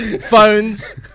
phones